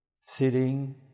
sitting